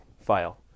file